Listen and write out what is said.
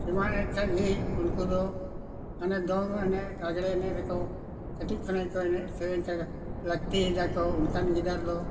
ᱜᱮ ᱩᱱᱠᱩ ᱫᱚ ᱦᱟᱱᱮ ᱫᱚᱝ ᱮᱱᱮᱡ ᱞᱟᱜᱽᱲᱮ ᱮᱱᱮᱡ ᱨᱮᱠᱚ ᱠᱟᱹᱴᱤᱡ ᱠᱷᱚᱱᱟᱜ ᱜᱮᱠᱚ ᱮᱱᱮᱡ ᱥᱮᱨᱮᱧ ᱞᱟᱹᱠᱛᱤᱭᱮᱫᱟᱠᱚ ᱚᱱᱠᱟᱱ ᱜᱤᱫᱟᱹᱨ ᱫᱚ